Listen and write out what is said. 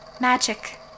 Magic